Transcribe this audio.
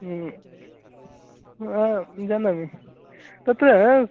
जानामि तत्र